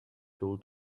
tool